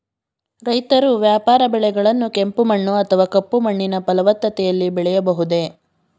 ರೈತರು ವ್ಯಾಪಾರ ಬೆಳೆಗಳನ್ನು ಕೆಂಪು ಮಣ್ಣು ಅಥವಾ ಕಪ್ಪು ಮಣ್ಣಿನ ಫಲವತ್ತತೆಯಲ್ಲಿ ಬೆಳೆಯಬಹುದೇ?